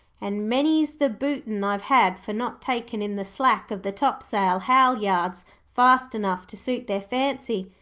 and many's the bootin' i've had for not takin' in the slack of the topsail halyards fast enough to suit their fancy.